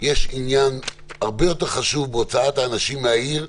יש עניין הרבה יותר חשוב בהוצאת האנשים מהעיר,